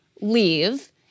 leave